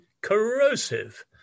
corrosive